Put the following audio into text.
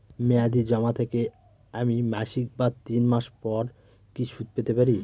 মেয়াদী জমা থেকে আমি মাসিক বা তিন মাস পর কি সুদ পেতে পারি?